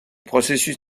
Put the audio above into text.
processus